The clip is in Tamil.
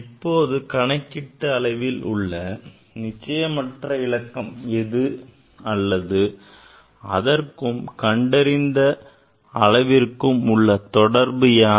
இப்போது கணக்கிட்டு அளவில் உள்ள நிச்சயமற்ற இலக்கம் எது அல்லது அதற்கும் கண்டறிந்த அளவிற்கும் உள்ள தொடர்பு யாது